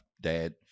dad